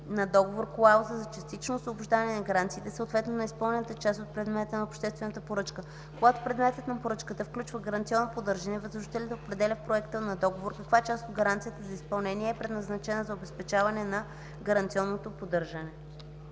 на договор клауза за частично освобождаване на гаранциите, съответно на изпълнената част от предмета на обществената поръчка. Когато предметът на поръчката включва гаранционно поддържане, възложителят определя в проекта на договор каква част от гаранцията за изпълнение е предназначена за обезпечаване на гаранционното поддържане.”